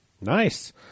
Nice